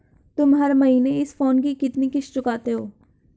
तुम हर महीने इस फोन की कितनी किश्त चुकाते हो?